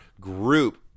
group